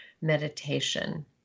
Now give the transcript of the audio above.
meditation